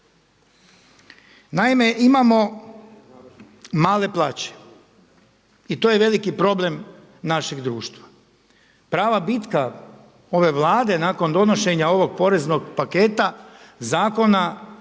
Naime imamo male plaće i to je veliki problem našega društva. Prava bitka ove Vlade nakon donošenja ovog poreznog paketa zakona